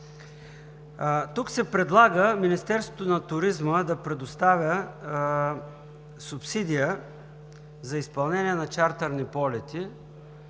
Тук се предлага Министерството на туризма да предоставя субсидия за изпълнение на чартърни полети